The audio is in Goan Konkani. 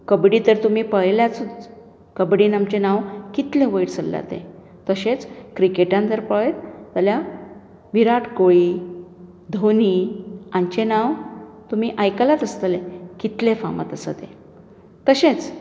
कबड्डी तर तुमी पळयल्यातूच कबड्डीन आमचें नांव कितलें वयर सरला तें तशेंच क्रिकेटान जर पळयत जाल्यार विराट कोळी धोनी हांचे नांव तुमी आयकलांत आसतलें कितलें फाामाद आसा ते तशेंच